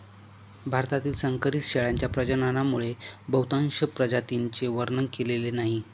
भारतातील संकरित शेळ्यांच्या प्रजननामुळे बहुतांश प्रजातींचे वर्णन केलेले नाही